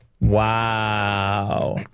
Wow